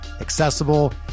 accessible